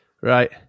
Right